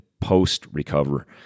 post-recover